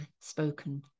spoken